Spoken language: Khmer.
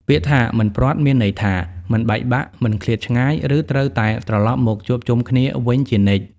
ពាក្យថា «មិនព្រាត់» មានន័យថា មិនបែកបាក់ មិនឃ្លាតឆ្ងាយ ឬត្រូវតែត្រលប់មកជួបជុំគ្នាវិញជានិច្ច។